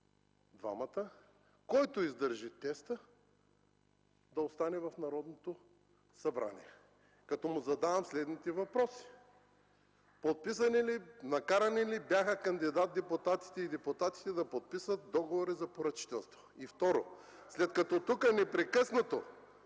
двамата. Който издържи теста, да остане в Народното събрание, като му задавам следните въпроси: „Накарани ли бяха кандидат-депутатите и депутатите да подписват договори за поръчителство?” И второ: „След като тук непрекъснато